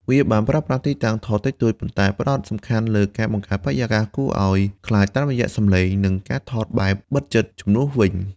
វាបានប្រើប្រាស់ទីតាំងថតតិចតួច ប៉ុន្តែផ្តោតសំខាន់លើការបង្កើតបរិយាកាសគួរឲ្យខ្លាចតាមរយៈសំឡេង និងការថតបែបបិទជិតជំនួសវិញ។